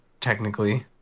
technically